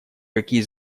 какие